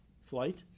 flight